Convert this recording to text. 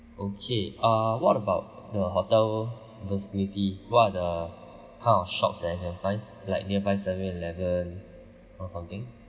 okay uh what about the hotel facility what are the kind of shops that's nearby like nearby seven eleven or something